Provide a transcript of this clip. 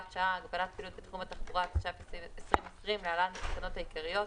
שעה)(הגבלת פעילות בתחום התחבורה) התש"ף-2020 (להלן התקנות העיקריות)